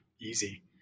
easy